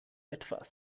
etwas